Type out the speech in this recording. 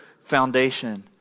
foundation